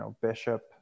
Bishop